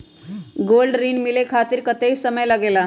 Gold ऋण मिले खातीर कतेइक समय लगेला?